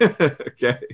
Okay